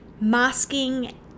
masking